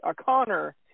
O'Connor